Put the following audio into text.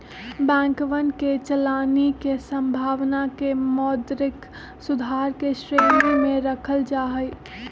बैंकवन के चलानी के संभावना के मौद्रिक सुधार के श्रेणी में रखल जाहई